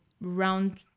round